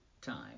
time